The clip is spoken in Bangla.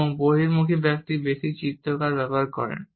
এবং বহির্মুখী ব্যক্তি বেশি চিত্রকর ব্যবহার করেন